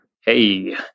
hey